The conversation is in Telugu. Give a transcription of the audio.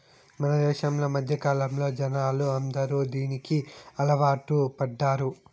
మన దేశంలో మధ్యకాలంలో జనాలు అందరూ దీనికి అలవాటు పడ్డారు